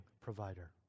provider